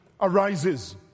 arises